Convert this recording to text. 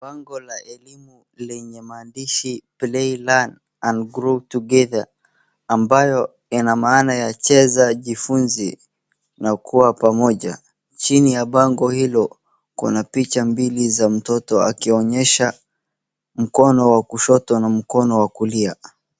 Bango la elimu lenye maandishi PLAY LEARN & GROW TOGETHER , ambayo ina maana ya cheza, jifunze na kuwa pamoja. Chini ya bango hilo kuna picha mbili za mtoto akionyesha mkono wa kushoto na mkono wa kulia.